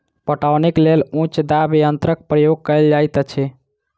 पटौनीक लेल उच्च दाब यंत्रक उपयोग कयल जाइत अछि